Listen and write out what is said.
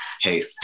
Hey